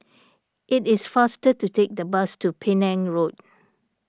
it is faster to take the bus to Penang Road